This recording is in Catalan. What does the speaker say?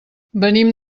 venim